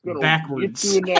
Backwards